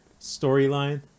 storyline